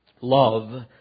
Love